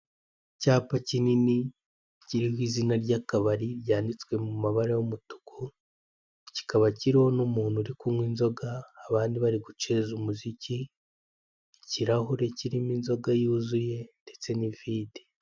Icyapa kinini kiriho izina ry'akabari ryanditswe mu mabara y'umutuku kikaba kiriho n'umuntu uri kunywa inzoga abandi bari guceza umuziki ikirahure kirimo inzoga yuzuye ndetse n'ivide.